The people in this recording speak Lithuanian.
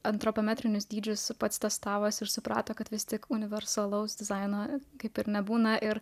antropometrinius dydžius pats atestavosi ir suprato kad vis tik universalaus dizaino kaip ir nebūna ir